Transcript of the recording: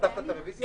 הכתיבו לך.